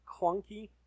clunky